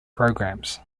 programs